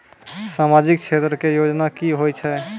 समाजिक क्षेत्र के योजना की होय छै?